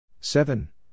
seven